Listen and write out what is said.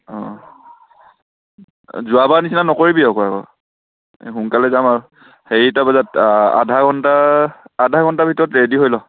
অহ যোৱা বাৰ নিচিনা নকৰিবি আক' এইবাৰ সোনকালে যাম আৰু হেৰিটা বজাত আধা ঘণ্টা আধা ঘণ্টা ভিতৰত ৰেদি হৈ ল